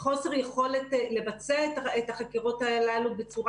חוסר יכולת לבצע את החקירות הללו בצורה